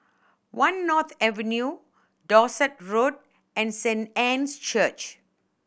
One North Avenue Dorset Road and Saint Anne's Church